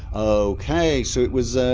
okay so it was